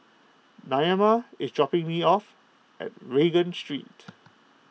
Naima is dropping me off at Regent Street